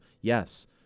Yes